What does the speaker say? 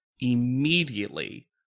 immediately